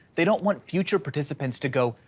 they don't want future participants to go.